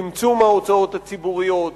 צמצום ההוצאות הציבוריות,